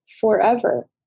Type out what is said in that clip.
forever